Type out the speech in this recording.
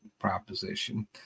proposition